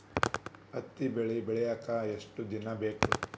ಹತ್ತಿ ಬೆಳಿ ಬೆಳಿಯಾಕ್ ಎಷ್ಟ ದಿನ ಬೇಕ್?